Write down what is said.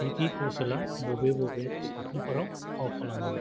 भिकि कौस'ला बबे बबे सावथुनफोराव फाव खालामामोन